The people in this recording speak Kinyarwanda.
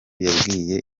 yabwiye